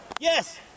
Yes